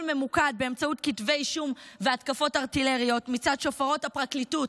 ממוקד באמצעות כתבי אישום והתקפות ארטילריות מצד שופרות הפרקליטות,